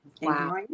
Wow